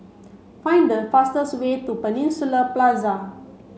find the fastest way to Peninsula Plaza